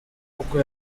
kuko